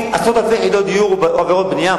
עשרות אלפי יחידות דיור ועוברים עבירות בנייה?